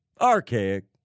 archaic